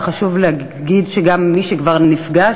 וחשוב להגיד גם מי שכבר נפגע,